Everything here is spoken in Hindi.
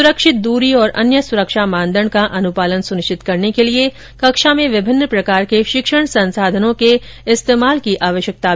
सुरक्षित दूरी और अन्य सुरक्षा मानदंड का अनुपालन सुनिश्चित करने के लिए कक्षा में विभिन्न प्रकार के शिक्षण संसाधनों के इस्तेमाल की आवश्यकता बताई गई है